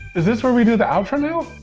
is this where we do the outro now?